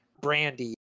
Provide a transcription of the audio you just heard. brandy